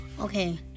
Okay